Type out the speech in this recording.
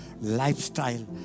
lifestyle